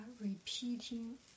repeating